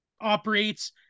operates